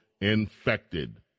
infected